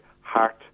heart